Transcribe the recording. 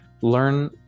Learn